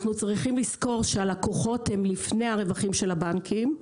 אנחנו צריכים לזכור שהלקוחות הם לפני הרווחים של הבנקים.